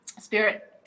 spirit